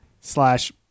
slash